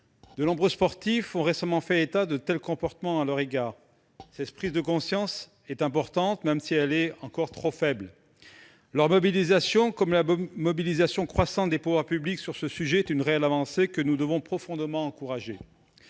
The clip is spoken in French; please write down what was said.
De nombreux sportifs ont récemment fait état de tels comportements à leur égard. Cette prise de conscience est importante, même si elle est encore trop faible. Leur mobilisation, comme celle, croissante, des pouvoirs publics, est une réelle avancée que nous devons profondément encourager.